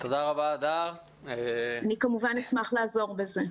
אני כמובן אשמח לעזור בזה.